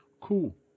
Cool